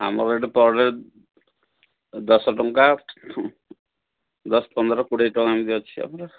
ଆମର ଏଠି ପଡ଼େ ଦଶ ଟଙ୍କା ଦଶ ପନ୍ଦର କୋଡ଼ିଏ ଟଙ୍କା ଏମିତି ଅଛି ଆମର